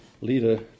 leader